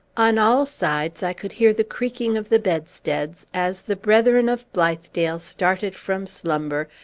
on all sides i could hear the creaking of the bedsteads, as the brethren of blithedale started from slumber,